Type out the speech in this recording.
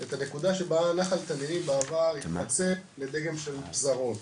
את הנקודה שבה נחל תנינים התפצל לדגם של פזרות.